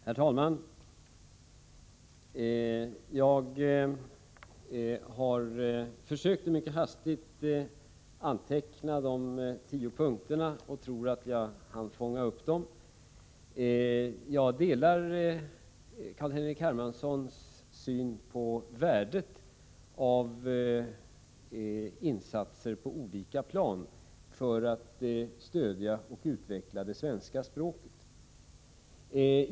Herr talman! Jag försökte i hastigheten anteckna de tio punkterna, och jag tror att jag hann fånga upp dem. Jag delar Carl-Henrik Hermanssons syn på värdet av insatser på olika plan för att stödja och utveckla det svenska språket.